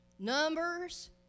Numbers